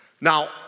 Now